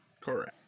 Correct